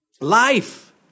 Life